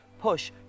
push